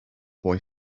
boy